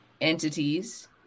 entities